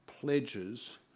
pledges